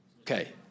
Okay